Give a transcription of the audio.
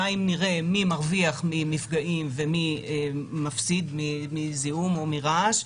די אם נראה מי מרוויח ממפגעים ומי מפסיד מזיהום או מרעש,